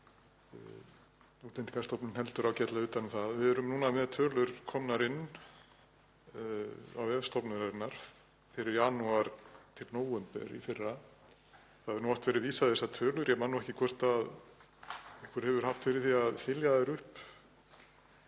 Útlendingastofnun heldur ágætlega utan um það. Við erum núna með tölur komnar inn á vef stofnunarinnar fyrir janúar til nóvember í fyrra. Það hefur oft verið vísað í þessar tölur. Ég man nú ekki hvort einhver hefur haft fyrir því að þylja þær upp